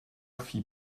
fit